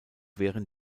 während